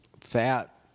fat